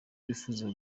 bifuza